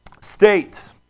state